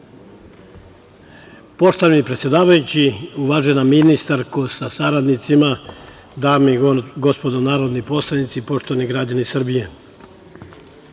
Poštovani predsedavajući, uvažena ministarka sa saradnicima, dame i gospodo narodni poslanici, poštovani građani Srbije,